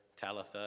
Talitha